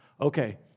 Okay